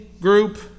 group